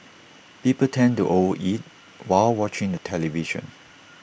people tend to over eat while watching the television